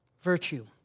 Virtue